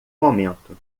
momento